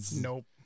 nope